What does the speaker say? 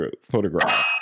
photograph